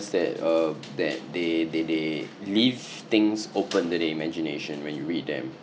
that uh that they they they leave things open to the imagination when you read them